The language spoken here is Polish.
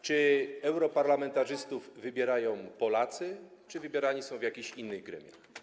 Czy europarlamentarzystów wybierają Polacy, czy wybierani są w jakichś innych gremiach?